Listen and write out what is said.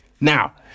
now